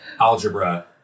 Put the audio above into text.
algebra